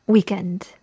Weekend